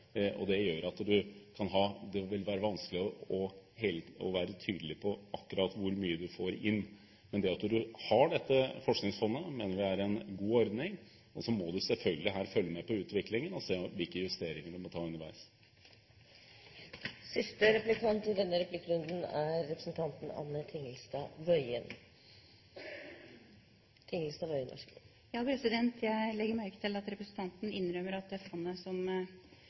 og det gjør det vanskelig å være tydelig på akkurat hvor mye du får inn. Men vi mener det er en god ordning å ha dette Forskningsfondet. Så må du selvfølgelig her følge med på utviklingen og se hvilke justeringer du må ta underveis. Jeg legger merke til at representanten innrømmer at det var riktig å endre det fondet fordi det ikke ga de mulighetene som vi hadde tenkt. Representanten sa i sitt innlegg at en skulle følge handlingsregelen hvert år når det